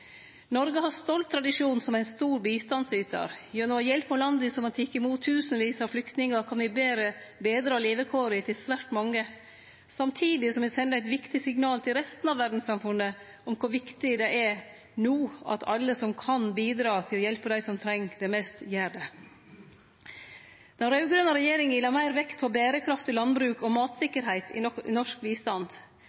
Noreg har ein stolt tradisjon som ein stor bistandsytar. Gjennom å hjelpe landa som har teke imot tusenvis av flyktningar, kan me betre levekåra til svært mange, samtidig som me sender eit viktig signal til resten av verdssamfunnet om kor viktig det no er at alle som kan bidra til å hjelpe dei som treng det mest, gjer det. Den raud-grøne regjeringa la meir vekt på berekraftig landbruk og